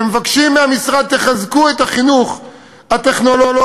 ומבקשים מהמשרד: תחזקו את החינוך הטכנולוגי,